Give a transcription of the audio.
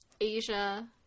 Asia